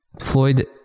Floyd